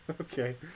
Okay